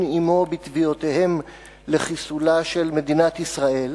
עמו בתביעותיהם לחיסולה של מדינת ישראל.